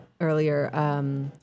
earlier